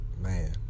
Man